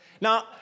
now